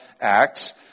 Acts